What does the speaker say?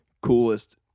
coolest